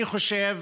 אני חושב